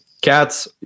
Cats